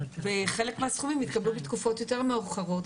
וחלק מהסכומים התקבלו בתקופות יותר מאוחרות.